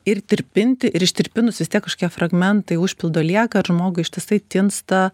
ir tirpinti ir ištirpinus vis tiek kažkie fragmentai užpildo lieka ir žmogui ištisai tinsta